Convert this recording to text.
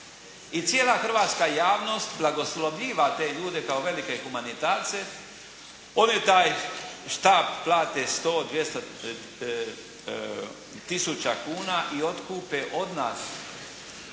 I cijela hrvatska javnost blagoslovljiva te ljude kao velike humanitarce. One taj štape plate 100, 200 tisuća kuna i otkupe od nas